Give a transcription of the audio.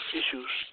issues